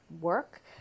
work